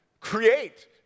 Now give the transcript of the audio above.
create